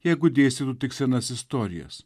jeigu dėstytų tik senas istorijas